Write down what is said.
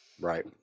Right